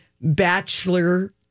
bachelor